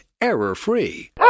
error-free